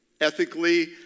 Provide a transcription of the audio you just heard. ethically